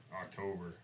October